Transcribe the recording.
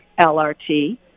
LRT